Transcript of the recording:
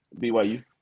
BYU